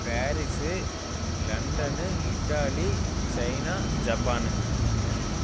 Paris London Italy China Japan